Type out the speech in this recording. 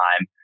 time